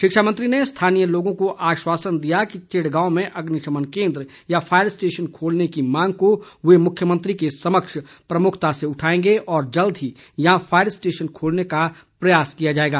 शिक्षा मंत्री ने स्थानीय लोगों को आश्वासन दिया कि चिड़गांव में अग्निशमन केंद्र या फायर स्टेशन खोलने की मांग को वे मुख्यमंत्री के समक्ष प्रमुखता से उठाएंगे और जल्द ही यहां फायर स्टेशन खोलने का प्रयास किया जाएगा